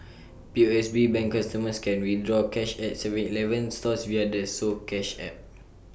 P O S B bank customers can withdraw cash at Seven Eleven stores via the soCash app